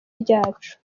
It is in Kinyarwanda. ryacu